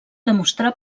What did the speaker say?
demostrar